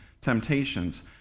temptations